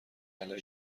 علیه